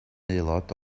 aelod